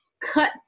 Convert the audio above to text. cut